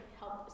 help